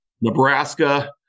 Nebraska